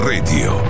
Radio